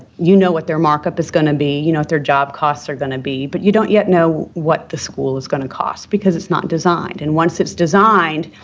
you know what their markup is going to be. you know what their job costs are going to be, but you don't yet know what the school is going to cost because it's not designed, and once it's designed,